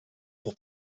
pour